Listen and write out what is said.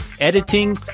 editing